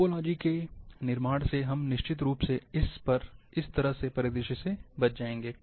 topology के निर्माण से हम निश्चित रूप से इस तरह के परिदृश्य से बचेंगे